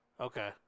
Okay